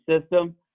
system